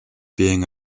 being